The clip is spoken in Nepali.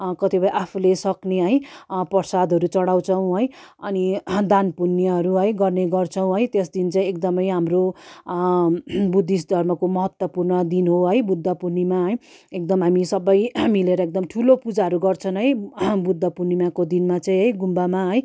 कतिपय आफूले सक्ने है प्रसादहरू चढाउँछौँ है अनि दान पुन्यहरू गर्ने गर्छौँ है त्यस दिन चाहिँ एकदमै हाम्रो बुद्धिस्ट धर्मको महत्त्वपूर्ण दिन हो है बुद्ध पुर्णिमा है एकदम हामी सबै मिलेर एकदम ठुलो पूजाहरू गर्छन् है बुद्ध पुर्णिमाको दिनमा चाहिँ है गुम्बामा है